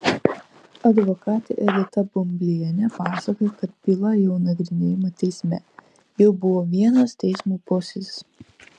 advokatė edita bumblienė pasakojo kad byla jau nagrinėjama teisme jau buvo vienas teismo posėdis